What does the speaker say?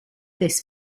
this